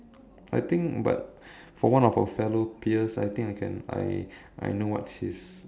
I think but for one of our fellow peers I think I can I I know what she is